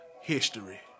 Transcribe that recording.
history